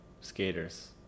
skaters